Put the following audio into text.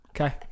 Okay